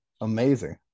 amazing